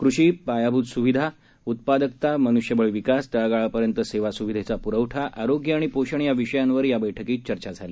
कृषी पायाभूत सुविधा उत्पादकता मनुष्यबळ विकास तळागाळापर्यंत सेवा सुविधेचा पुखठा आरोग्य आणि पोषण या विषयांवर या बैठकीत चर्चा करण्यात आली